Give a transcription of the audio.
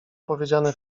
powiedziane